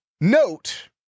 Note